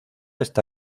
está